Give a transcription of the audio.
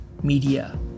Media